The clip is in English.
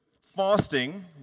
fasting